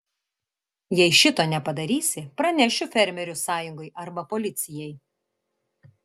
jei šito nepadarysi pranešiu fermerių sąjungai arba policijai